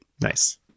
Nice